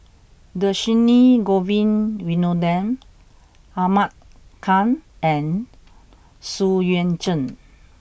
Dhershini Govin Winodan Ahmad Khan and Xu Yuan Zhen